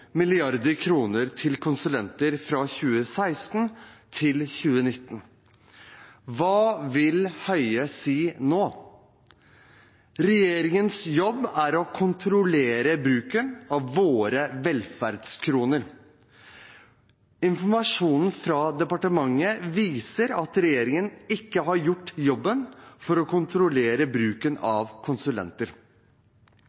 til konsulenter fra 2016 til 2019. Hva vil Høie si nå? Regjeringens jobb er å kontrollere bruken av våre velferdskroner. Informasjon fra departementet viser at regjeringen ikke har gjort jobben for å kontrollere bruken